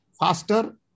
Faster